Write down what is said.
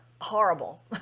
horrible